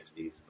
60s